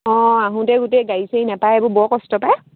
অঁ আহোঁতে গোটেই গাড়ী চাৰি নেপায় এইবোৰ বৰ কষ্ট পায়